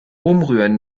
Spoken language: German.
umrühren